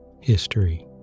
History